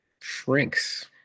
shrinks